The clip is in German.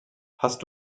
hast